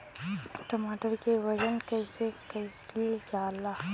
टमाटर क वजन कईसे कईल जाला?